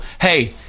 Hey